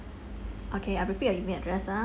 okay I repeat your email address ah